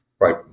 Right